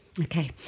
Okay